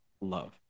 love